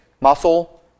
muscle